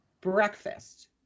Breakfast